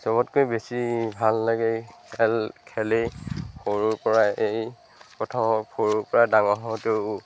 চবতকৈ বেছি ভাল লাগে খেল খেলেই সৰুৰ পৰাই এই প্ৰথম সৰুৰ পৰা ডাঙৰ হওঁতেও